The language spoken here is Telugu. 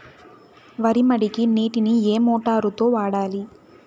వరి మడికి నీటిని ఏ మోటారు తో వాడాలి?